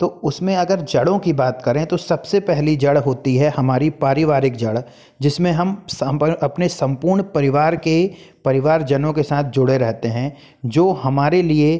तो उसमें अगर जड़ों की बात करें तो सबसे पहली जड़ होती है हमारी पारिवारिक जड़ जिसमें हम अपने सम्पूर्ण परिवार के परिवारजनों के साथ जुड़े रहेते हैं जो हमारे लिए